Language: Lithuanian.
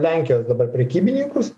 lenkijos dabar prekybininkus